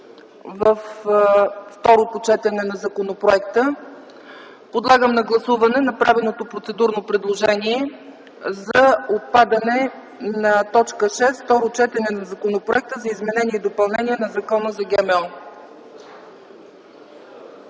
второто четене на законопроекта. Подлагам на гласуване направеното процедурно предложение за отпадане на точка шеста – Второ четене на Законопроекта за изменение и допълнение на Закона за